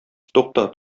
тукта